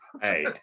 Hey